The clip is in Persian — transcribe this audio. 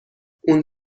اون